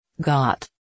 got